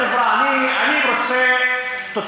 אני רוצה לרתום את החברה, אני רוצה תוצאה.